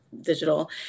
digital